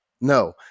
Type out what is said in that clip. no